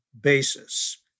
basis